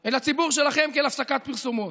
אל הציבור שלכם כאל הפסקת פרסומות.